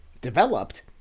developed